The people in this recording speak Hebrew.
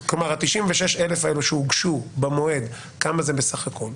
כלומר, ה-96,000 שהוגשו במועד כמה זה בסך הכל?